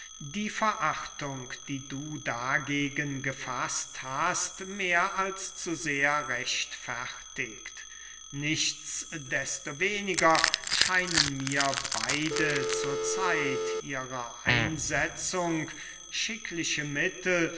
die verachtung die du dagegen gefaßt hast mehr als zu sehr rechtfertigt nichts desto weniger scheinen mir beide zur zeit ihrer einsetzung schickliche mittel